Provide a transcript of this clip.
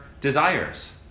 desires